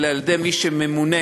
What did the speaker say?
אלא על-ידי מי שממונה,